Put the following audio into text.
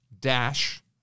dash